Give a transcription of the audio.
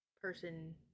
person